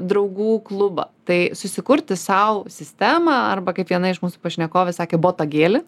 draugų klubą tai susikurti sau sistemą arba kaip viena iš mūsų pašnekovių sakė botagėlį